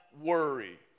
worry